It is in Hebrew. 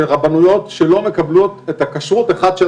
שרבנויות לא מקבלות את הכשרות אחת של